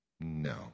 no